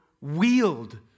wield